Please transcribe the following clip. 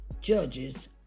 Judges